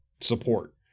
support